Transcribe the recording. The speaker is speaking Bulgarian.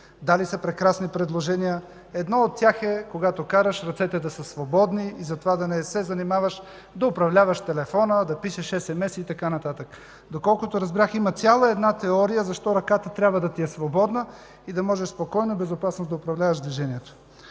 Дали са прекрасни предложения. Едно от тях е, когато караш, ръцете да са свободни и да не се занимаваш да управляваш телефона, да пишеш SMS и така нататък. Доколкото разбрах, има цяла една теория защо ръката трябва да ти е свободна и да можеш спокойно и безопасно да управляваш движението.